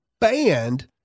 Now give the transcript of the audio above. banned